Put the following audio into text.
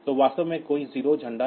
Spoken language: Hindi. तो वास्तव में कोई 0 झंडा नहीं है